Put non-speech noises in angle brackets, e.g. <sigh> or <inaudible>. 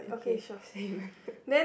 okay same <noise>